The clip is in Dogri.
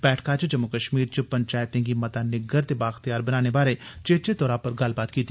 बैठका च जम्मू कश्मीर च पंचैतें गी मता निग्गर ते बाइख्तयार बनाने बारे चेचे तौरा पर गल्लबात कीती